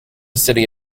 city